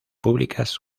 públicas